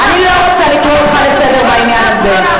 אני לא רוצה לקרוא אותך לסדר בעניין הזה.